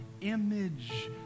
image